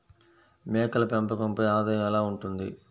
మేకల పెంపకంపై ఆదాయం ఎలా ఉంటుంది?